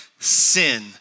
Sin